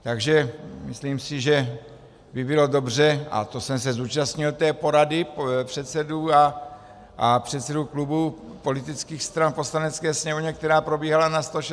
Takže si myslím, že by bylo dobře a to jsem se zúčastnil té porady předsedů a předsedů klubů politických stran v Poslanecké sněmovně, která probíhala na 106.